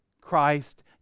Christ